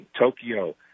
Tokyo